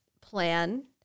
plan